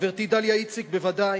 חברתי דליה איציק, בוודאי.